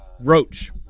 Roach